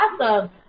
Awesome